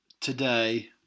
today